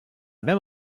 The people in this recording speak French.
même